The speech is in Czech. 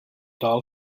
dál